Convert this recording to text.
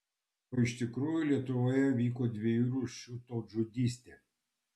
o iš tikrųjų lietuvoje vyko dviejų rūšių tautžudystė